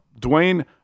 Dwayne